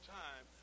time